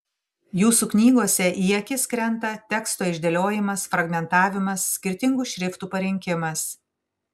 jūsų knygose į akis krenta teksto išdėliojimas fragmentavimas skirtingų šriftų parinkimas